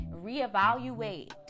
reevaluate